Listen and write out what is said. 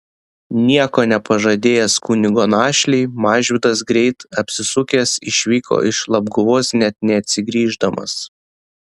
nieko nepažadėjęs kunigo našlei mažvydas greit apsisukęs išvyko iš labguvos net neatsigrįždamas